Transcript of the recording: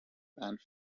band